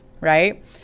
right